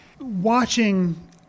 watching